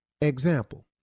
Example